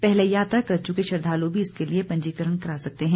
पहले यात्रा कर चुके श्रद्धालु भी इसके लिए पंजीकरण करा सकते हैं